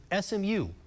SMU